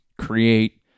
create